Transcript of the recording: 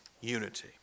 unity